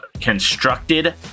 Constructed